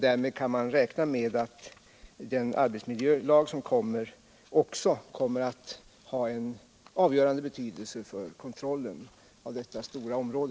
Därmed kan vi räkna med att den arbetsmiljölag som kommer också får en avgörande betydelse för kontrollen av detta stora område.